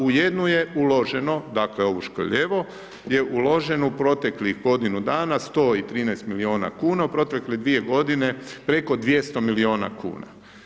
U jednu je uloženo dakle, ovu Škrljevo je uloženo u proteklih godinu dana 113 milijuna kuna, u protekle dvije godine preko 200 milijuna kuna.